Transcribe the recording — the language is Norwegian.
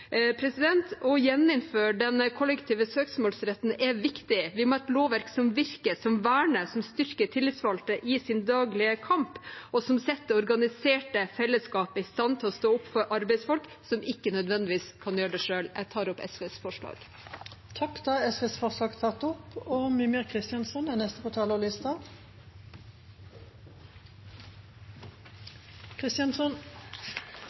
Å gjeninnføre denne kollektive søksmålsretten er viktig. Vi må ha et lovverk som virker, som verner, som styrker tillitsvalgte i sin daglige kamp, og som setter organiserte fellesskap i stand til å stå opp for arbeidsfolk som ikke nødvendigvis kan gjøre det selv. Jeg tar opp forslagene SV er med på. Representanten Kirsti Bergstø har tatt opp